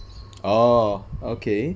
orh okay